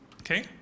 Okay